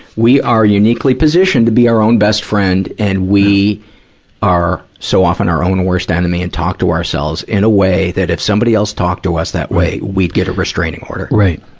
we are uniquely positioned to be our own best friend and we are, so often, our own worst enemy and talk to ourselves in a way that if somebody else talked to us in that way, we'd get a restraining order. right,